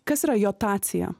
kas yra jotacija